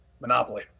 Monopoly